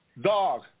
dog